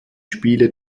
spiele